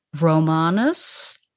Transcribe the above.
Romanus